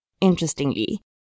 Interestingly